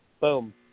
Boom